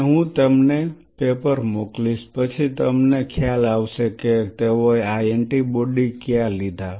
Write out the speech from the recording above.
અને હું તમને પેપર મોકલીશ પછી તમને ખ્યાલ આવશે કે તેઓએ આ એન્ટિબોડી કયા લીધા